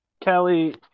Kelly